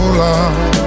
love